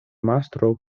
mastro